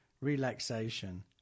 relaxation